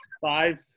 Five